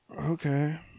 Okay